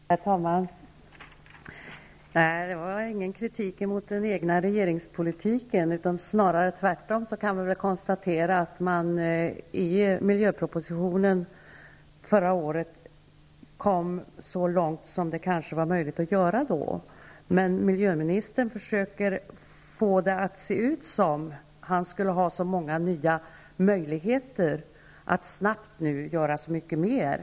Herr talman! Nej, det är inte fråga om kritik mot den egna regeringspolitiken. Snarare kan jag konstatera att vi i fråga om miljöpropositionen förra året nog kom så långt som det då var möjligt att komma. Miljöministern försöker dock att framställa det hela så, att han skulle ha väldigt många nya möjligheter att snabbt göra så mycket mera.